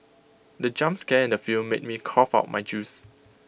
the jump scare in the film made me cough out my juice